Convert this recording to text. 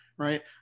right